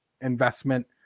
investment